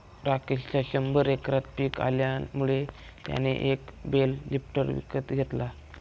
राकेशच्या शंभर एकरात पिक आल्यामुळे त्याने एक बेल लिफ्टर विकत घेतला